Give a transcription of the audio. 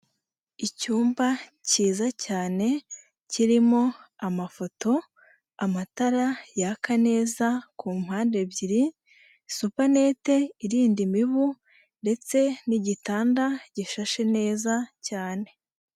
Icyumba cyiza cyane kirimo amafoto, amatara yaka neza ku mpande ebyiri, supanete irinda imibu ndetse n'igitanda gishashe neza cyane.